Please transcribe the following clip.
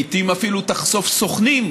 לעיתים היא אפילו תחשוף סוכנים